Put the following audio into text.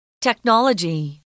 Technology